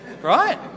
right